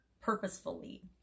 purposefully